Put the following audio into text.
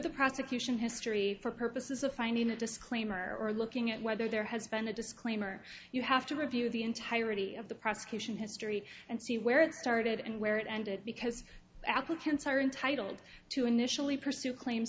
the prosecution history for purposes of finding a disclaimer or looking at whether there has been a disclaimer you have to review the entirety of the prosecution history and see where it started and where it ended because applicants are entitled to initially pursue claims